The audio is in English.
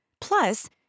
Plus